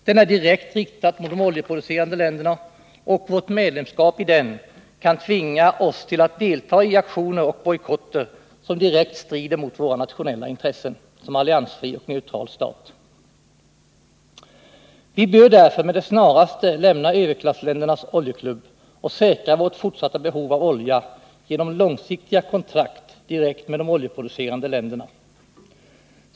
Den är direkt riktad mot de oljeproducerande länderna, och vårt medlemskap i den kan tvinga oss att delta i aktioner och bojkotter som direkt strider mot våra nationella intressen som alliansfri och neutral stat. Vi bör därför med det snaraste lämna överklassländernas oljeklubb och säkra vårt fortsatta behov av olja genom långsiktiga kontrakt direkt med de oljeproducerande länderna.